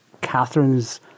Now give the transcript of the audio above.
Catherine's